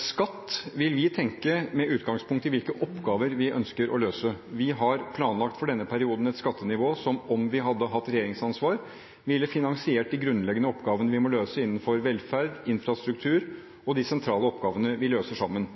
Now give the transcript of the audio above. Skatt vil vi tenke med utgangspunkt i hvilke oppgaver vi ønsker å løse. Vi har planlagt for denne perioden et skattenivå som om vi hadde hatt regjeringsansvar. Vi ville finansiert de grunnleggende oppgavene vi må løse innenfor velferd, infrastruktur og de sentrale oppgavene vi løser sammen.